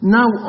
now